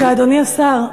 אדוני השר,